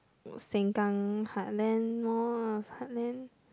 Sengkang heartland-mall heartland